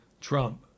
Trump